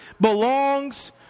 belongs